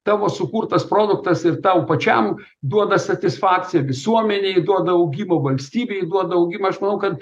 tavo sukurtas produktas ir tau pačiam duoda satisfakciją visuomenei duoda augimą valstybei duoda augimą aš manau kad